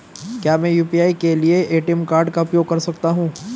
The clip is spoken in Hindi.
क्या मैं यू.पी.आई के लिए ए.टी.एम कार्ड का उपयोग कर सकता हूँ?